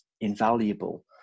invaluable